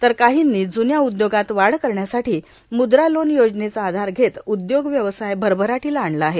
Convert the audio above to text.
तर काहींनी ज्न्या उदयोगात वाढ करण्यासाठी मुद्रा लोन योजनेचा आधार घेत उद्योग व्यवसाय भरभराटीला आणला आहे